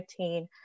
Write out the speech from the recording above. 2015